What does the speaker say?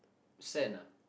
sand ah